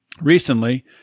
recently